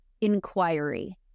inquiry